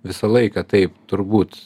visą laiką taip turbūt